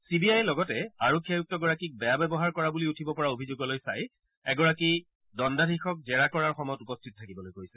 C B আইয়ে লগতে আৰক্ষী আয়ুক্তগৰাকীক বেয়া ব্যৱহাৰ কৰা বুলি উঠিব পৰা অভিযোগলৈ চাই এগৰাকী দণ্ডাধীশক জেৰাৰ সময়ত উপস্থিত থাকিবলৈ কৈছে